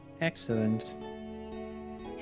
Excellent